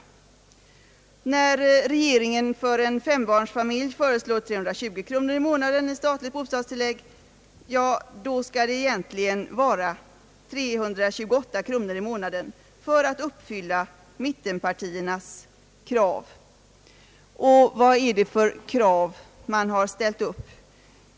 När regeringen för en fembarnsfamilj föreslår 320 kronor i månaden i statligt bostadstillägg, skall det egentligen vara 328 kronor i månaden för att uppfylla mittenpartiernas krav. Vad är det då för krav man har ställt upp?